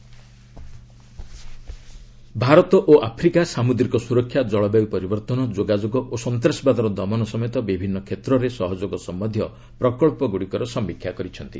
India Africa cooperation ଭାରତ ଓ Africa ସାମୁଦ୍ରିକ ସୁରକ୍ଷା କଳବାୟୁ ପରିବର୍ତ୍ତନ ଯୋଗାଯୋଗ ଓ ସନ୍ତ୍ରାସବାଦର ଦମନ ସମେତ ବିଭିନ୍ନ କ୍ଷେତ୍ରରେ ସହଯୋଗ ସମ୍ଭନ୍ଧୀୟ ପ୍ରକଳ୍ପଗୁଡ଼ିକର ସମୀକ୍ଷା କରିଛନ୍ତି